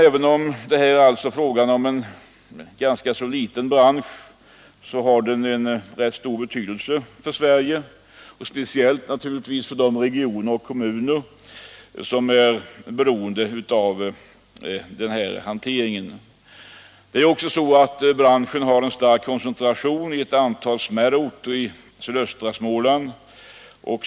Även om det här är fråga om en ganska liten bransch har den rätt stor betydelse för Sverige, speciellt för de regioner och kommuner som är beroende av den här hanteringen. Branschen är starkt koncentrerad till ett antal smärre orter i sydöstra Småland.